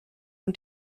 und